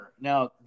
Now